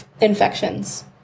infections